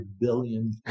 billion